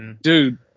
Dude